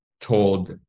told